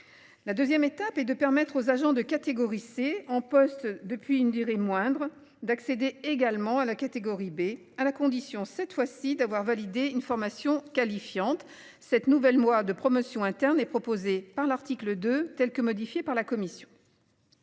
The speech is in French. La 2ème étape et de permettre aux agents de catégorie C, en poste depuis une durée moindre d'accéder également à la catégorie B à la condition, cette fois-ci d'avoir validé une formation qualifiante. Cette nouvelle moi de promotion interne est proposée par l'article de telle que modifiée par la commission.